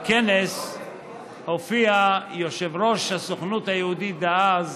בכנס הופיע יושב-ראש הסוכנות היהודית דאז